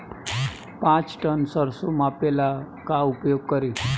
पाँच टन सरसो मापे ला का उपयोग करी?